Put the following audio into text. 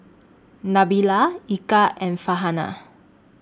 Nabila Eka and Farhanah